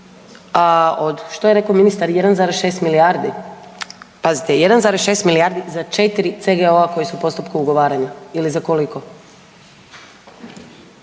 što je rekao ministar 1,6 milijardi? Pazite 1,6 milijardi za 4 CGO-a koji su u postupku ugovaranja ili za koliko?